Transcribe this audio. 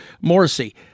Morrissey